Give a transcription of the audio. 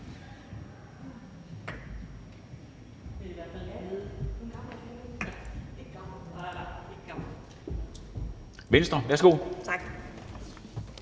Venstre. Værsgo. Kl.